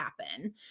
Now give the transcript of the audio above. happen